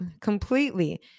completely